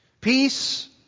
Peace